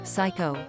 Psycho